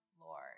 Lord